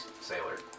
sailor